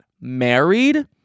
married